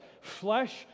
flesh